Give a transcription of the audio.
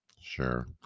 Sure